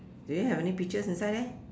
do you have any peaches inside there